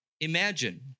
Imagine